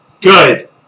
Good